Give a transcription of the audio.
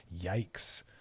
Yikes